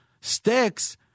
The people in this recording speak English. sticks